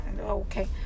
okay